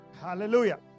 Hallelujah